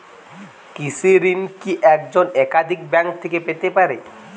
কৃষিঋণ কি একজন একাধিক ব্যাঙ্ক থেকে পেতে পারে?